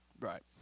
Right